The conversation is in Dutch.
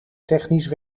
technisch